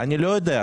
אני לא יודע.